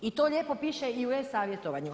I to lijepo piše i u e-savjetovanju.